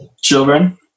children